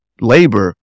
labor